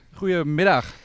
goedemiddag